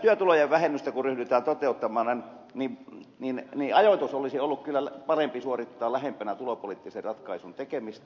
ja myös työtulojen vähennystä kun ryhdytään toteuttamaan niin se olisi kyllä ollut parempi ajoittaa lähemmäksi tulopoliittisen ratkaisun tekemistä